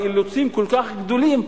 באילוצים כל כך גדולים,